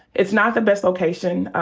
it's not the best location.